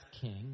king